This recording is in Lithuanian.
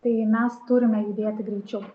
tai mes turime judėti greičiau